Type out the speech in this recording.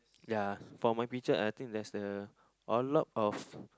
ya for my picture I think there's the a lot of